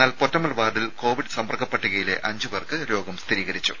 എന്നാൽ പൊറ്റമ്മൽ വാർഡിൽ കോവിഡ് സമ്പർക്ക പട്ടികയിലെ അഞ്ചു പേർക്ക് രോഗം സ്ഥിരീകരിച്ചു